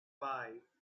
five